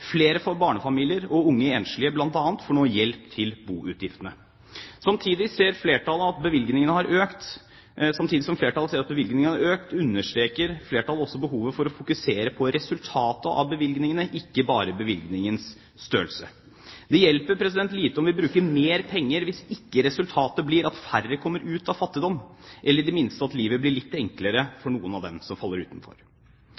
får flere barnefamilier og unge enslige nå hjelp til boutgiftene. Samtidig som flertallet ser at bevilgningene har økt, understreker flertallet også behovet for å fokusere på resultatet av bevilgningene, ikke bare bevilgningenes størrelse. Det hjelper lite om vi bruker mer penger hvis ikke resultatet blir at færre kommer ut av fattigdom, eller, i det minste, at livet blir litt enklere